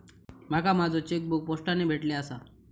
माका माझो चेकबुक पोस्टाने भेटले आसा